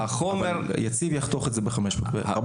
אבל יציב יחתוך את זה ב-450.